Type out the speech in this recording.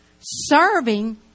Serving